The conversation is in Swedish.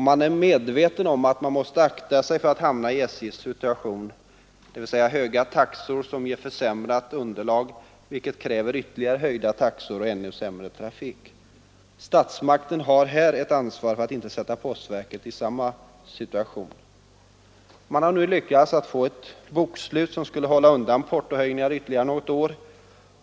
Man är medveten om att man måste akta sig för att hamna i SJ:s situation, dvs.: höga taxor som ger försämrat underlag, vilket kräver ytterligare höjda taxor och medför ännu sämre trafik. Statsmakten har här ett ansvar för att inte sätta postverket i samma situation. Man har nu lyckats att få ett bokslut som skulle kunna hålla undan portohöjningar ytterligare något år,